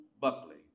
Buckley